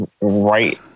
right